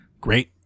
great